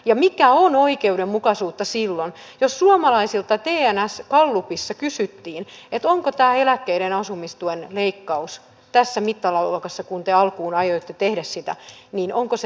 ja mikä on oikeudenmukaisuutta silloin jos suomalailta tns gallupissa kysyttiin että onko tämä eläkeläisten asumistuen leikkaus tässä mittaluokassa kuin te alkuun aioitte tehdä sitä suotavaa vai ei